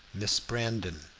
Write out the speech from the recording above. miss brandon?